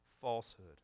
falsehood